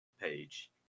page